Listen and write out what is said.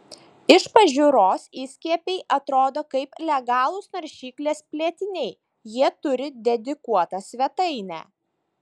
iš pažiūros įskiepiai atrodo kaip legalūs naršyklės plėtiniai jie turi dedikuotą svetainę